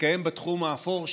מתקיים בתחום האפור,